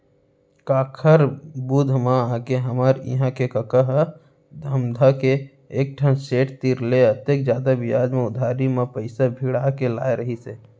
काकर बुध म आके हमर इहां के कका ह धमधा के एकझन सेठ तीर ले अतेक जादा बियाज म उधारी म पइसा भिड़ा के लाय रहिस हे